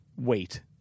wait